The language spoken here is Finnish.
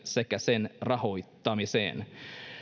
sekä sen rahoittamiseen